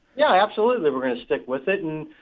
yeah, absolutely. we're going to stick with it. and,